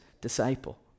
disciple